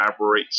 collaborates